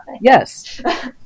Yes